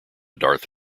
darth